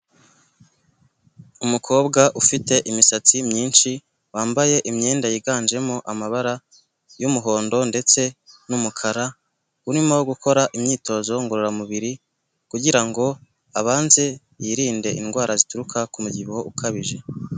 Umukobwa ufite imisatsi myinshi, wambaye imyenda yiganjemo amabara y'umuhondo ndetse n'umukara, urimo gukora imyitozo ngororamubiri kugirango abanze yirinde indwara zituruka ku mubyibuho ukabije.